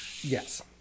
Yes